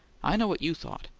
i know what you thought.